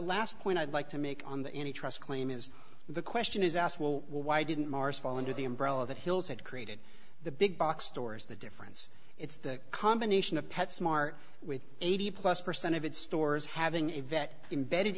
last point i'd like to make on the any trust claim is the question is asked well why didn't mars fall under the umbrella that hills had created the big box stores the difference it's the combination of pet smart with eighty plus percent of its stores having a vet embedded